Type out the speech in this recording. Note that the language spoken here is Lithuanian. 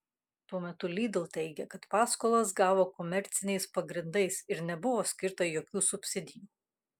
tuo metu lidl teigia kad paskolas gavo komerciniais pagrindais ir nebuvo skirta jokių subsidijų